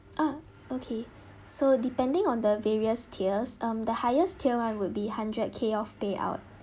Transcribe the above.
ah okay so depending on the various tiers um the highest tier one will be hundred k of payout